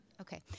Okay